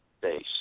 base